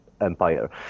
Empire